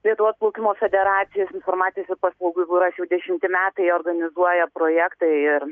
lietuvos plaukimo federacijos informacijos ir paslaugų biuras jau dešimti metai organizuoja projektą ir